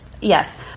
Yes